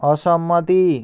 অসম্মতি